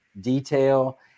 detail